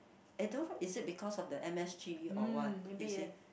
and those is it because of the M_S_G or what he said